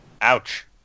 Ouch